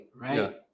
right